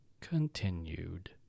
continued